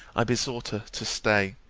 i besought her to stay